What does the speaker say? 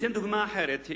אתן דוגמה אחרת.